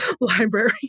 library